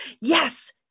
yes